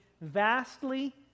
vastly